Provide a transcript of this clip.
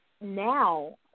now –